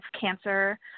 cancer